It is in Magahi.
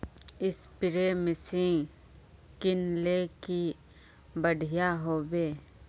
स्प्रे मशीन किनले की बढ़िया होबवे?